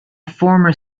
former